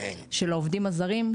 שלעובדים הזרים,